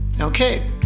Okay